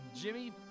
Jimmy